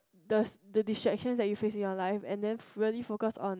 the s~ the distractions that you face in your life and then really focus on